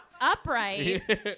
upright